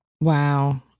Wow